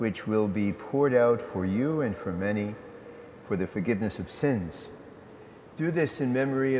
which will be poured out for you and for many for the forgiveness of sins do this in memory